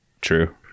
true